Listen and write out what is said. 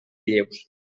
lleus